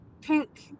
pink